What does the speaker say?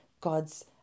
God's